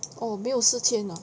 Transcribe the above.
oh 没有四千 lah